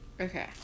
Okay